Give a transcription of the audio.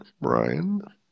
Brian